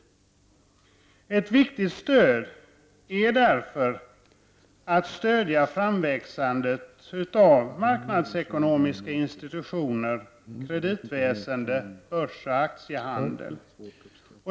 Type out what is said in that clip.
Det är därför viktigt att stödja framväxandet av marknadsekonomiska institutioner, kreditväsende, börs och aktiehandel.